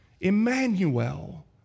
Emmanuel